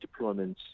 deployments